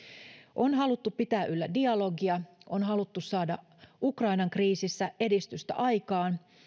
on haluttu pitää yllä dialogia on haluttu saada ukrainan kriisissä edistystä aikaan